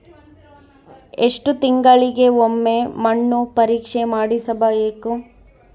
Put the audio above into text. ಎಷ್ಟು ತಿಂಗಳಿಗೆ ಒಮ್ಮೆ ಮಣ್ಣು ಪರೇಕ್ಷೆ ಮಾಡಿಸಬೇಕು?